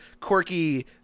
quirky